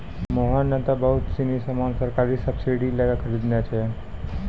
मोहन नं त बहुत सीनी सामान सरकारी सब्सीडी लै क खरीदनॉ छै